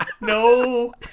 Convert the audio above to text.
No